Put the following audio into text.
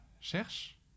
Cherche